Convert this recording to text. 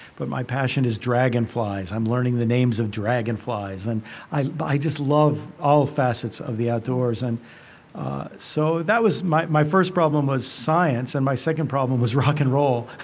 but my passion is dragonflies. i'm learning the names of dragonflies and i just love all facets of the outdoors. and so that was my my first problem was science and my second problem was rock and roll.